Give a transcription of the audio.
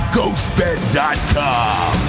GhostBed.com